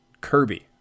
Kirby